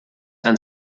and